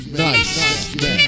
nice